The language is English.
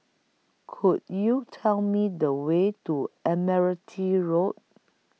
Could YOU Tell Me The Way to Admiralty Road